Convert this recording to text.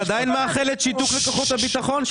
אימאן, את עדיין מאחלת שיתוק לכוחות הביטחון?